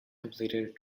completed